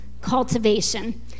cultivation